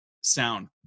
sound